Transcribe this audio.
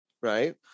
right